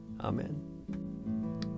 Amen